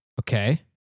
Okay